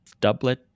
doublet